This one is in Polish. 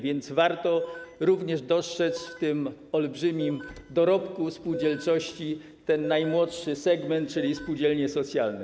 Więc warto również dostrzec w tym olbrzymim dorobku spółdzielczości ten najmłodszy segment, czyli spółdzielnie socjalne.